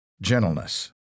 gentleness